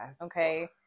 Okay